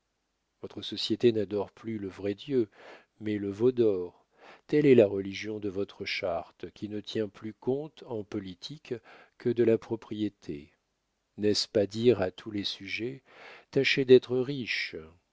votre société n'adore plus le vrai dieu mais le veau dor telle est la religion de votre charte qui ne tient plus compte en politique que de la propriété n'est-ce pas dire à tous les sujets tâchez d'être riches